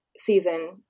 season